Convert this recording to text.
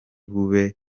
bube